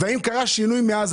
האם קרה שינוי מאז?